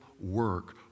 work